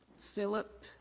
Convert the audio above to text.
Philip